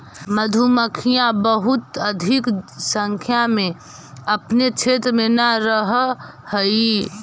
मधुमक्खियां बहुत अधिक संख्या में अपने क्षेत्र में न रहअ हई